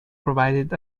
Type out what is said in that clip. provided